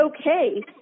okay